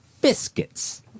biscuits